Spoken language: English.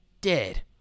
dead